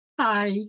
Hi